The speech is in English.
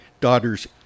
daughters